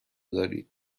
دارید